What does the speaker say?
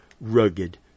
rugged